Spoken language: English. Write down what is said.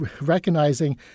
recognizing